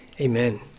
Amen